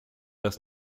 das